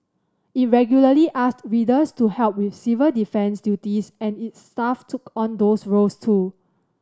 it regularly asked readers to help with civil defence duties and its staff took on those roles too